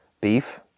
beef